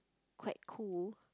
quite cool